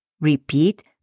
Repeat